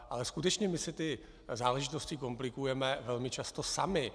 Ale skutečně my si ty záležitosti komplikujeme velmi často sami.